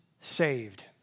saved